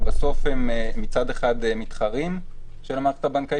שבסוף הם מצד אחד מתחרים של המערכת הבנקאית